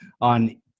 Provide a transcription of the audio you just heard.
on